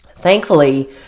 Thankfully